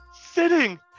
sitting